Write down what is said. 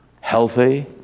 healthy